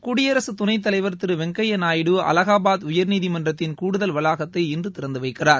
குடியரசுத் துணைத்தலைவர் திரு வெங்கையா நாயுடு அலகாபாத் உயர்நீதிமன்றத்தின் கூடுதல் வளாகத்தை இன்று திறந்து வைக்கிறார்